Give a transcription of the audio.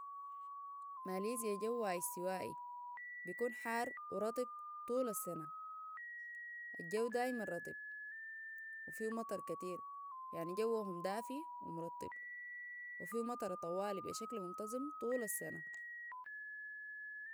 ماليزيا جوها استوائى بيكون حار ورطب طول السنة الجو دايما رطب وفيه مطر كتير يعني جوهم دافي ومرطب وفيهو مطر طوالي بشكل منتظم طول السنة